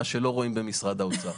מה שלא רואים במשרד האוצר.